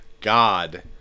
God